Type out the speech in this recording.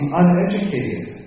uneducated